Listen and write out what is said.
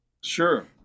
Sure